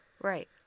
Right